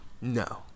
No